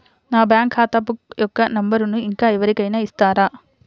నా బ్యాంక్ ఖాతా బుక్ యొక్క నంబరును ఇంకా ఎవరి కైనా ఇస్తారా?